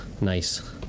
nice